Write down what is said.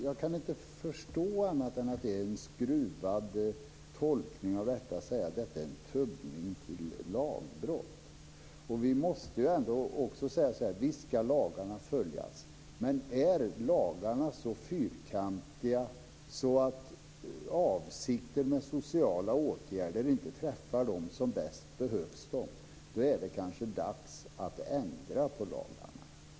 Jag kan inte förstå annat än att det är en skruvad tolkning att säga att detta är en tubbning till lagbrott. Visst ska lagarna följas. Men är lagarna så fyrkantiga att sociala åtgärder inte träffar dem som bäst behöver dem är det kanske dags att ändra på lagarna.